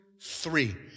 three